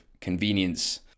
convenience